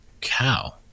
cow